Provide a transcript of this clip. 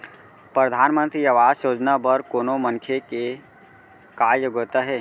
परधानमंतरी आवास योजना बर कोनो मनखे के का योग्यता हे?